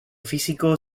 físico